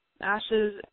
ashes